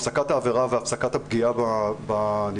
הפסקת העבירה והפסקת הפגיעה בנפגעת,